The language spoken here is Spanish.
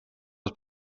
los